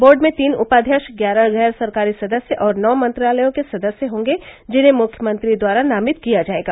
board में तीन उपाध्यक्ष ग्यारह गैर सरकारी सदस्य और नौ मंत्रालयों के सदस्य होंगे जिन्हें मुख्यमंत्री द्वारा नामित किया जायेगा